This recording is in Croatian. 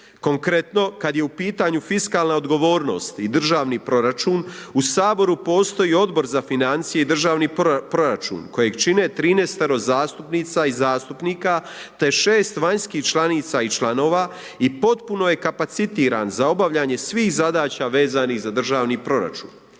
Konkretno kada je u pitanju fiskalna odgovornost i državni proračun u Saboru postoji Odbor za financije i državni proračun kojeg čine 13-ero zastupnica i zastupnika te 6 vanjskih članica i članova i potpuno je kapacitiran za obavljanje svih zadaća vezanih za državni proračun.